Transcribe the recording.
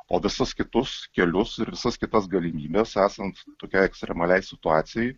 o visus kitus kelius ir visas kitas galimybes esant tokiai ekstremaliai situacijai